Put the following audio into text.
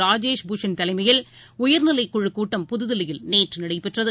ராஜேஷ் பூஷண் தலைமையில் உயர்நிலைக்குழுக் கூட்டம் புதுதில்லியில் நேற்றுநடைபெற்றது